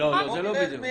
בוא נראה איך מיישמים.